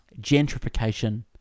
Gentrification